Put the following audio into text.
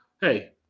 hey